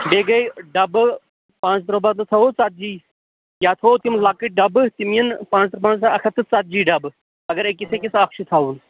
بیٚیہِ گٔے ڈَبہٕ پانٛژھ تٕرٛہو بَدلہٕ تھاوَو ژَتجی یا تھاوَو تِم لۄکٕٹۍ ڈَبہٕ تِم یِن پانٛژھ تٕرٛہ پانٛژھ تٕرٛہ اَکھ ہَتھ تہٕ ژَتجی ڈَبہٕ اگر أکِس أکِس اَکھ چھِ تھاوُن